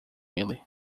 ele